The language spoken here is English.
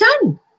done